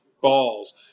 Balls